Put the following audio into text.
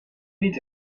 niet